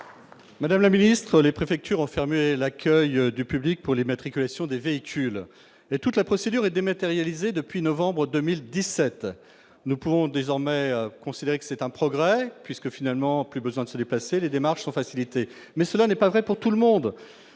Madame la ministre, les préfectures ont fermé l'accueil du public pour les mettre et création des véhicules, mais toute la procédure est dématérialisé depuis novembre 2017, nous pouvons désormais considérer que c'est un progrès, puisque finalement plus besoin de se dépasser, les démarches sont facilitées, mais cela n'est pas vrai pour tout le monde,